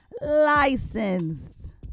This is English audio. licensed